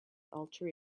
alter